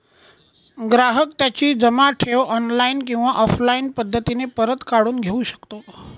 ग्राहक त्याची जमा ठेव ऑनलाईन किंवा ऑफलाईन पद्धतीने परत काढून घेऊ शकतो